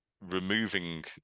removing